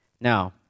Now